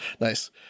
Nice